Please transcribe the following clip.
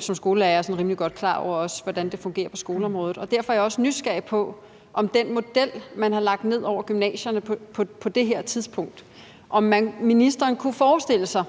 Som skolelærer er jeg sådan rimelig godt klar over, hvordan det fungerer på skoleområdet. Derfor er jeg også nysgerrig i forhold til den model, man har lagt ned over gymnasierne på det her tidspunkt, og på, om ministeren kunne forestille sig,